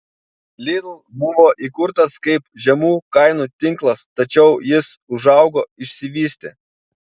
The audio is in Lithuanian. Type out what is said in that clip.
lidl buvo įkurtas kaip žemų kainų tinklas tačiau jis užaugo išsivystė